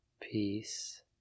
peace